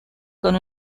con